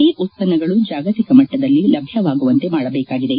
ಈ ಉತ್ಪನ್ನಗಳು ಜಾಗತಿಕ ಮಟ್ಟದಲ್ಲಿ ಲಭ್ಯವಾಗುವಂತೆ ಮಾಡಬೇಕಾಗಿದೆ